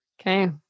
okay